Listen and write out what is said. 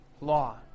law